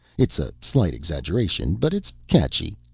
it's a slight exaggeration, but it's catchy.